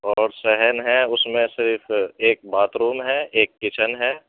اور صحن ہے اُس میں صرف ایک باتھ روم ہے ایک کچن ہے